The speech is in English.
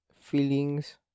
Feelings